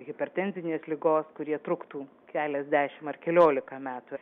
hipertenzinės ligos kurie truktų keliasdešim ar keliolika metų